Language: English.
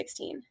2016